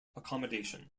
accommodation